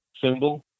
symbol